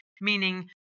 meaning